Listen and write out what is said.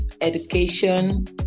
education